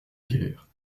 guerre